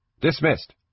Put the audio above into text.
Dismissed